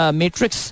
matrix